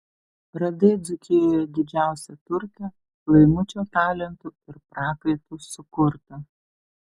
radai dzūkijoje didžiausią turtą laimučio talentu ir prakaitu sukurtą